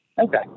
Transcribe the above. okay